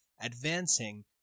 advancing